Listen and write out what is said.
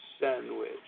Sandwich